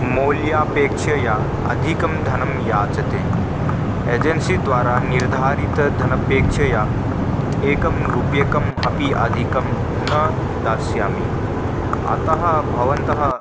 मौल्यपेक्षया अधिकं धनं याचते एजेन्सिद्वारा निर्धारितधनपेक्षया एकं रूप्यकम् अपि अधिकं न दास्यामि अतः भवन्तः